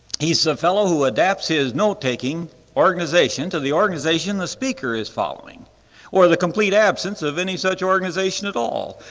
he's a fellow who adapts his note-taking organization to the organization the speaker is following or the complete absence of any such organization at all.